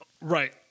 Right